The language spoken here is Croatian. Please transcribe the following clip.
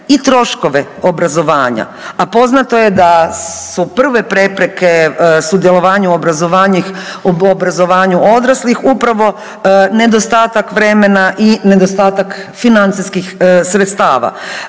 i troškove obrazovanja, a poznato je da su prve prepreke sudjelovanju u obrazovanju odraslih upravo nedostatak vremena i nedostatak financijskih sredstava.